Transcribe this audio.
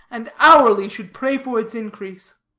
and hourly should pray for its increase.